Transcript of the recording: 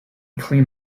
clean